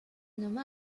nomma